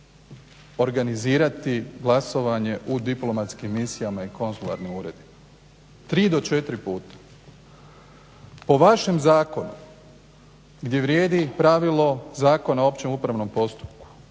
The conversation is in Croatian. organizirati glasovanje u diplomatskim misijama i konzularnim uredima. Tri do četiri puta. Po vašem zakonu gdje vrijedi pravilo Zakona o općem upravnom postupku,